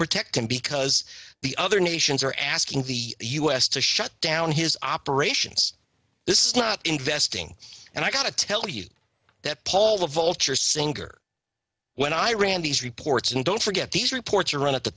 protect him because the other nations are asking the u s to shut down his operations this is not investing and i got to tell you that paul the vulture singur when i ran these reports and don't forget these reports are run at the